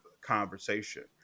conversation